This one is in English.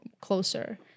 closer